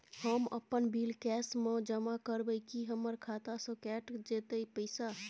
हम अपन bill cash म जमा करबै की हमर खाता स कैट जेतै पैसा?